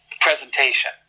presentation